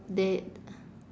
they